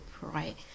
right